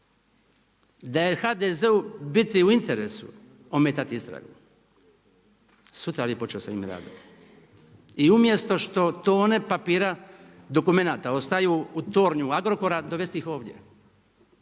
da je HDZ-u biti u interesu ometati istragu, sutra bi počeo sa ovim radom. I umjesto što tone papira, dokumenata ostaju u tornju Agrokora, dovesti ih ovdje.